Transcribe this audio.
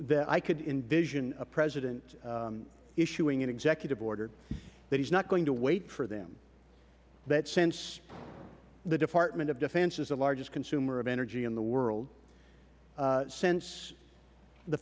that i could envision a president's issuing an executive order that he is not going to wait for them that since the department of defense is the largest consumer of energy in the world since the